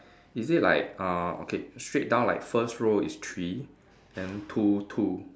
is it like uh okay straight down like first row is three then two two